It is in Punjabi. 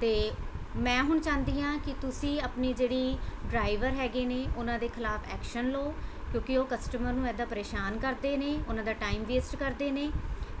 ਅਤੇ ਮੈਂ ਹੁਣ ਚਾਹੁੰਦੀ ਹਾਂ ਕਿ ਤੁਸੀਂ ਆਪਣੀ ਜਿਹੜੀ ਡਰਾਈਵਰ ਹੈਗੇ ਨੇ ਉਹਨਾਂ ਦੇ ਖਿਲਾਫ ਐਕਸ਼ਨ ਲਉ ਕਿਉਂਕਿ ਉਹ ਕਸਟਮਰ ਨੂੰ ਇੱਦਾਂ ਪਰੇਸ਼ਾਨ ਕਰਦੇ ਨੇ ਉਹਨਾਂ ਦਾ ਟਾਈਮ ਵੇਸਟ ਕਰਦੇ ਨੇ